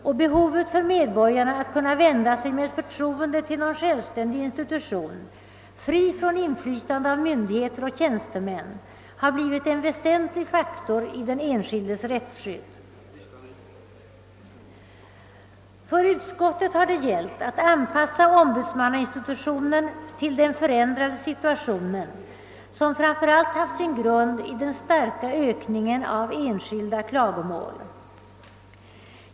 Möjligheten för medborgarna att vända sig med förtroende till någon självständig institution, fri från inflytande av myndigheter och tjänstemän, har blivit en faktor av väsentlig betydelse i den enskildes rättsskydd. För utskottet har det gällt att anpassa ombudsmannainstitutionen till den förändrade situationen, som framför allt har sin grund i den starka ökningen av enskilda klagomål.